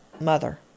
mother